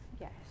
Yes